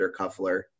undercuffler